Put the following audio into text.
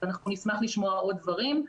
אנחנו נשמח לשמוע עוד דברים.